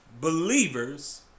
believers